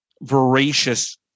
voracious